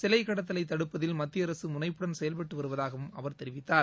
சிலைக் கடத்தலை தடுப்பதில் மத்திய அரசு முனைப்புடன் செயல்பட்டு வருவதாகவும் அவர் தெரிவித்தார்